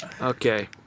Okay